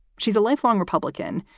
she's a lifelong republican,